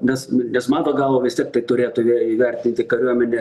nes nes mano galva vis tiek tai turėtų įvertinti kariuomenė